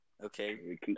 Okay